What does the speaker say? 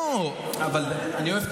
מה יש לכם?